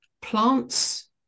plants